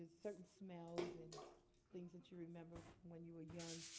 certain smells and things that you remember when you were young.